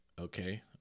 okay